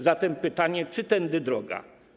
Zatem pytanie: Czy tędy droga?